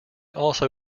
also